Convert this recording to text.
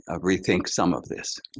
ah rethink some of this.